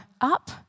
up